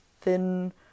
thin